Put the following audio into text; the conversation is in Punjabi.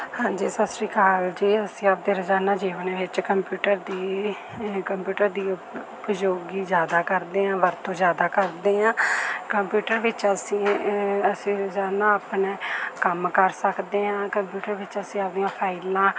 ਹਾਂਜੀ ਸਤਿ ਸ਼੍ਰੀ ਅਕਾਲ ਜੀ ਅਸੀਂ ਆਪਦੇ ਰੋਜ਼ਾਨਾ ਜੀਵਨ ਵਿੱਚ ਕੰਪਿਊਟਰ ਦੀ ਕੰਪਿਊਟਰ ਦਾ ਉਪਯੋਗ ਜ਼ਿਆਦਾ ਕਰਦੇ ਹਾਂ ਵਰਤੋਂ ਜ਼ਿਆਦਾ ਕਰਦੇ ਹਾਂ ਕੰਪਿਊਟਰ ਵਿੱਚ ਅਸੀਂ ਅਸੀਂ ਰੋਜ਼ਾਨਾ ਆਪਣਾ ਕੰਮ ਕਰ ਸਕਦੇ ਹਾਂ ਕੰਪਿਊਟਰ ਵਿੱਚ ਅਸੀਂ ਆਪਦੀਆਂ ਫਾਈਲਾਂ